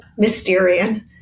Mysterian